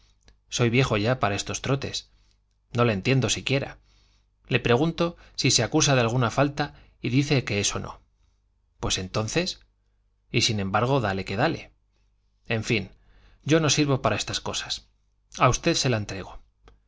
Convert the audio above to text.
soy viejo ya para esos trotes no la entiendo siquiera le pregunto si se acusa de alguna falta y dice que eso no pues entonces y sin embargo dale que dale en fin yo no sirvo para estas cosas a usted se la entrego